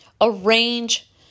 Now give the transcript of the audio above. Arrange